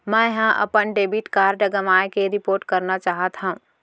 मै हा अपन डेबिट कार्ड गवाएं के रिपोर्ट करना चाहत हव